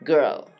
Girl